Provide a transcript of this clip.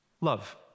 love